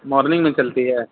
morning میں چلتی ہے